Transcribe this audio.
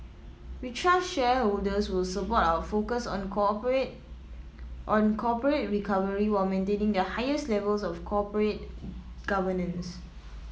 we trust shareholders will support our focus on corporate on corporate recovery while maintaining the highest levels of corporate governance